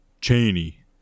cheney